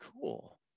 cool